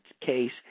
case